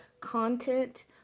content